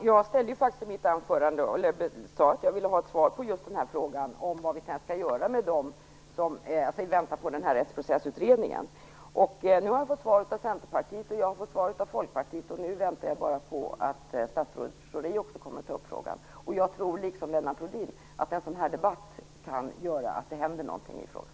Fru talman! Jag sade ju i mitt anförande att jag ville ha ett svar på frågan vad vi skall göra med dem som väntar på den här rättsprocessutredningen. Nu har jag fått svar av Centerpartiet och av Folkpartiet. Nu väntar jag bara på att statsrådet Schori också skall ta upp frågan. Jag tror, liksom Lennart Rohdin, att en sådan här debatt kan göra att det händer något i frågan.